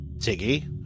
Tiggy